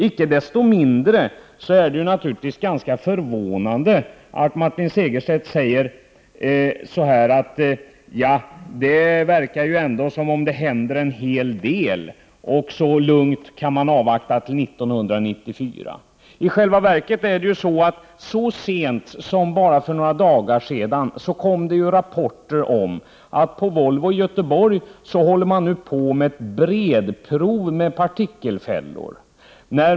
Icke desto mindre är det naturligtvis ganska förvånande att Martin Segerstedt säger att det ju ändå verkar som om det händer en hel del och att man alltså lugnt kan avvakta till 1994. I själva verket kom det så sent som för bara några dagar sedan rapporter om att man på Volvo i Göteborg håller på med breda prov med partikelfällor.